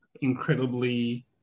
incredibly